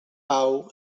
pau